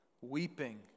Weeping